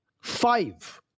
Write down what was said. Five